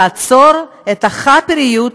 לעצור את החאפריות,